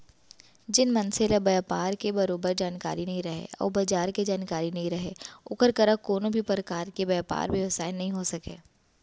जेन मनसे ल बयपार के बरोबर जानकारी नइ रहय अउ बजार के जानकारी नइ रहय ओकर करा कोनों भी परकार के बयपार बेवसाय नइ हो सकय